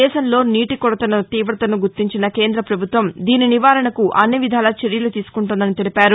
దేశంలో నీటి కొరత తీవతను గుర్తించిన కేంద్ర ప్రభుత్వం దీని నివారణకు అన్ని విధాలా చర్యలు తీసుకుంటోందని తెలిపారు